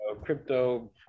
crypto